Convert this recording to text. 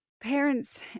Parents